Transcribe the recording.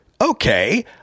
okay